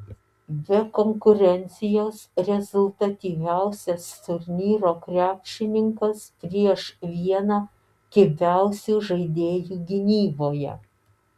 be konkurencijos rezultatyviausias turnyro krepšininkas prieš vieną kibiausių žaidėjų gynyboje